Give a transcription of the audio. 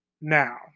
Now